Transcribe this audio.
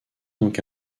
donc